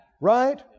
right